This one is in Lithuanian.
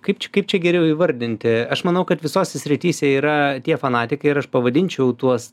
kaip čia kaip čia geriau įvardinti aš manau kad visose srityse yra tie fanatikai ir aš pavadinčiau tuos